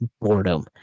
boredom